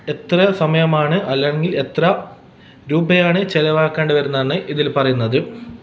എത്ര സമയമാണ് അല്ലെങ്കിൽ എത്ര രൂപയാണ് ചിലവാക്കെണ്ടി വരുന്നതെന്ന് ഇതിൽ പറയുന്നത് അപ്പോൾ